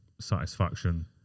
satisfaction